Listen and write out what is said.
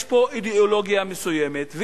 יש פה אידיאולוגיה מסוימת,